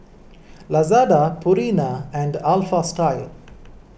Lazada Purina and Alpha Style